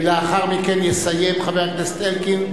לאחר מכן יסיים חבר הכנסת אלקין,